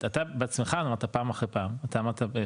אתה בעצמך אמרת פעם אחרי פעם אתה אמרת.